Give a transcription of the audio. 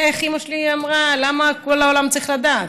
איך אימא שלי אמרה: למה כל העולם צריך לדעת?